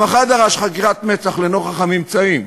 והמח"ט דרש חקירת מצ"ח לנוכח הממצאים.